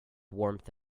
warmth